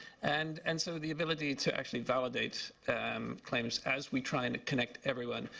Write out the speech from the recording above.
and and so the ability to actually validate um claims as we try and connect everyone.